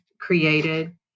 created